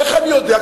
איך אני יודע?